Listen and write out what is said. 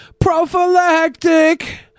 prophylactic